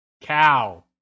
Cow